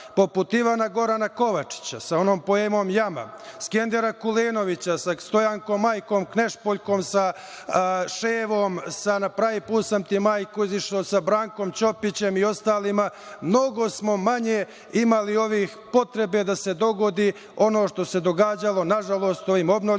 poput Ivana Gorana Kovačića sa onom poemom „Jama“, Skendera Kulenovića sa „Stojankom majkom Knežpoljkom“, sa „Ševom“, sa „Na pravi put sam ti majku iziš’o“, sa Brankom Čopićem i ostalima, mnogo smo manje imali potrebe da se dogodi ono što se događalo, nažalost, ovim obnovljenim